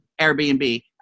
Airbnb